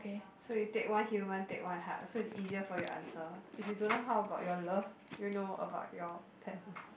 so you take one human take one hard so it's easier for you answer if you don't know how about your love you know about your talent